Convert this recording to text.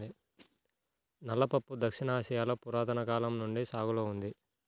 నల్ల పప్పు దక్షిణ ఆసియాలో పురాతన కాలం నుండి సాగులో ఉంది